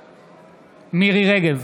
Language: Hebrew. בעד מירי מרים רגב,